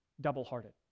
double-hearted